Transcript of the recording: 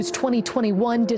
2021